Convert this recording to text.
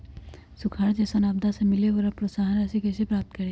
सुखार जैसन आपदा से मिले वाला प्रोत्साहन राशि कईसे प्राप्त करी?